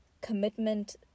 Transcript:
commitment